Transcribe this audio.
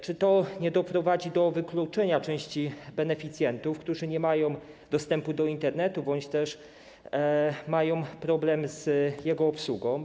Czy to nie doprowadzi do wykluczenia części beneficjentów, którzy nie mają dostępu do Internetu bądź też mają problem z jego obsługą?